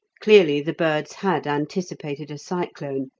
clearly the birds had anticipated a cyclone,